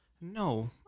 No